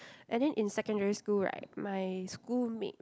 and then in secondary school right my school made